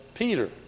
Peter